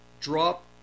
drop